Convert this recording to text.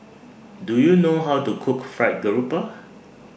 Do YOU know How to Cook Fried Garoupa